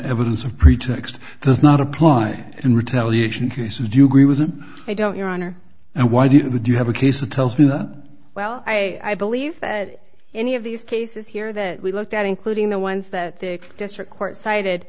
evidence of pretext does not apply in retaliation cases do you agree with i don't your honor and why did you have a case that tells me that well i believe that any of these cases here that we looked at including the ones that the district court